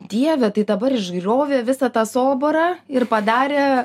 dieve tai dabar išgriovė visą tą soborą ir padarė